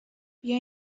بیا